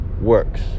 works